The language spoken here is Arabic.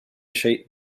شيء